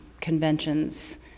conventions